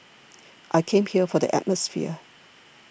I came here for the atmosphere